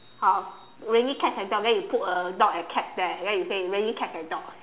uh raining cats and dogs then you put a dog and cat there then you say raining cats and dogs